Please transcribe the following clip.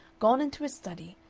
gone into his study,